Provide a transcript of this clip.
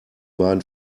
beiden